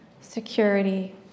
security